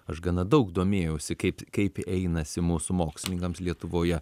aš gana daug domėjausi kaip kaip einasi mūsų mokslininkams lietuvoje